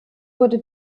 wurde